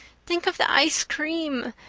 think of the ice cream!